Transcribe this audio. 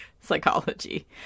psychology